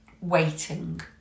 waiting